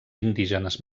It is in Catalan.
indígenes